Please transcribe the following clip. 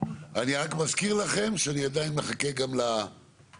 אני רק מזכיר לכם שאני עדיין מחכה גם ל"בוסט"